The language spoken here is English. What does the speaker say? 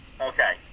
Okay